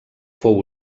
fou